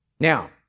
Now